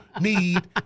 need